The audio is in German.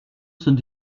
sind